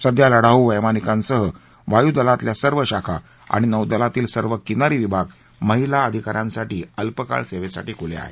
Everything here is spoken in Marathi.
सध्या लढाऊ वैमानिकांसह वायुदलातल्या सर्व शाखा आणि नौदलातील सर्व किनारी विभाग महिला अधिका यांसाठी अल्पकाळ सेवेसाठी खुले आहेत